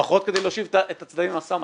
לפחות כדי להושיב את הצדדים למשא ומתן.